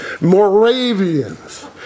Moravians